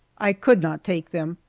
i could not take them,